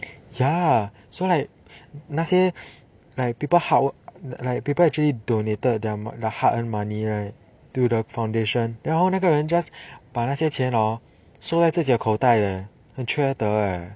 ya so like 那些 like people hardwork like people actually donated their hard earned money right to the foundation 然后那个人 just 把那些钱 hor 收在自己口袋 leh 很缺德 eh